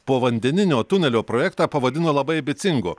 povandeninio tunelio projektą pavadino labai ambicingu